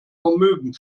vermögen